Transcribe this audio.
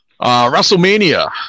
WrestleMania